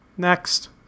Next